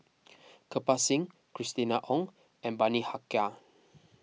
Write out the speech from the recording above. Kirpal Singh Christina Ong and Bani Haykal